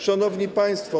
Szanowni Państwo!